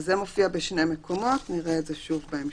זה מופיע בשני מקומות, נראה את זה שוב בהמשך.